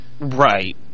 Right